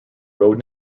road